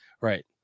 right